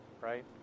right